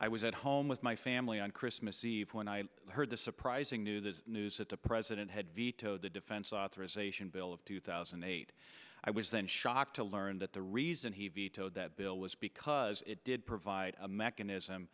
i was at home with my family on christmas eve when i heard the surprising news is news that the president had vetoed the defense authorization bill of two thousand and eight i was then shocked to learn that the reason he vetoed that bill was because it did provide a mechanism